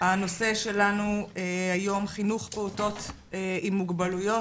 הנושא שלנו היום חינוך פעוטות עם מוגבלויות,